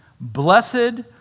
Blessed